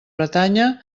bretanya